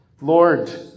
Lord